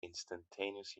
instantaneous